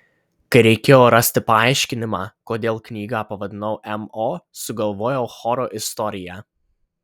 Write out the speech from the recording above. kai reikėjo rasti paaiškinimą kodėl knygą pavadinau mo sugalvojau choro istoriją